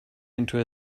into